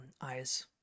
eyes